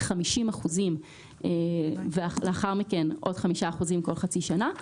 אלה 50 אחוזים ולאחר מכן עוד 5 אחוזים כל חצי שנה.